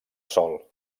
sol